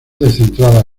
descentrada